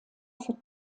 für